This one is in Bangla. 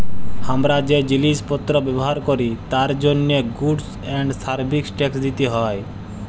হামরা যে জিলিস পত্র ব্যবহার ক্যরি তার জন্হে গুডস এন্ড সার্ভিস ট্যাক্স দিতে হ্যয়